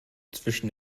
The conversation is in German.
zwischen